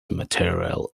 material